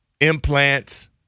implants